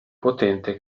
potente